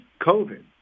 COVID